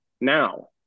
now